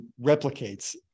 replicates